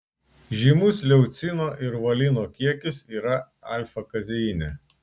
žymus leucino ir valino kiekis yra alfa kazeine